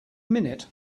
minute